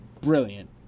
Brilliant